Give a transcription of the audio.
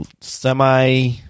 semi-